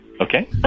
Okay